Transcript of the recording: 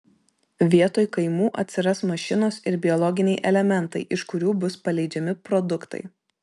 vietoj kaimų atsiras mašinos ir biologiniai elementai iš kurių bus paleidžiami produktai